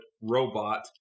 robot